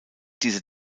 diese